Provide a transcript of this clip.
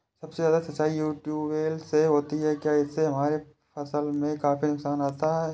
सबसे ज्यादा सिंचाई ट्यूबवेल से होती है क्या इससे हमारे फसल में काफी नुकसान आता है?